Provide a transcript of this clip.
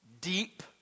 deep